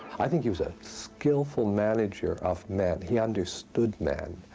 i think he was a skillful manager of men. he understood men.